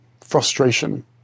frustration